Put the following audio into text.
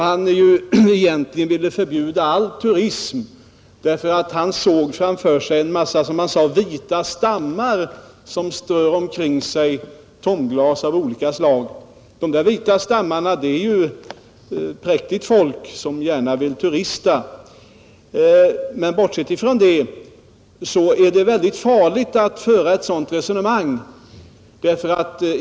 Han ville strängt taget förbjuda all turism i norr därför att en massa, som han sade, vita stammar strör omkring sig tomglas av olika slag där uppe. De där vita stammarna är ju präktigt folk som gärna vill turista, men bortsett från detta är det väldigt farligt att föra ett sådant resonemang.